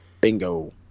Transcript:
Bingo